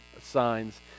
signs